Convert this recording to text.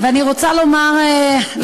אני רוצה לומר לחברתי,